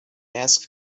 asked